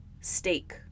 Steak